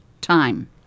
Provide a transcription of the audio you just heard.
time